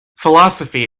philosophy